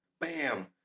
bam